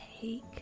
take